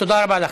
תודה רבה לכם.